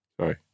Sorry